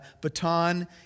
baton